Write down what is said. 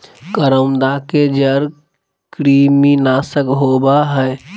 करौंदा के जड़ कृमिनाशक होबा हइ